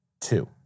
Two